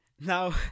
Now